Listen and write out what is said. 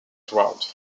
crowds